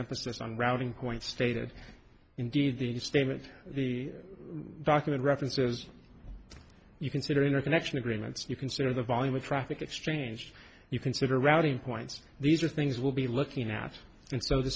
emphasis on routing when stated indeed the statement the document reference is you consider interconnection agreements you consider the volume of traffic exchange you consider routing points these are things we'll be looking at and so th